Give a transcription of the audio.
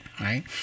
right